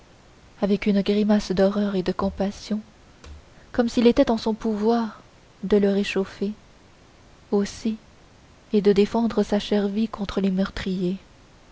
avec une grimace d'horreur et de compassion comme s'il était en son pouvoir de le réchauffer aussi et de défendre sa chère vie contre les meurtriers